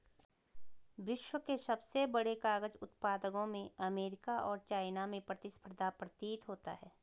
विश्व के सबसे बड़े कागज उत्पादकों में अमेरिका और चाइना में प्रतिस्पर्धा प्रतीत होता है